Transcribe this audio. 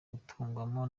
guturwamo